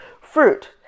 fruit